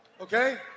Okay